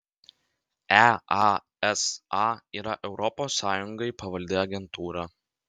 easa yra europos sąjungai pavaldi agentūra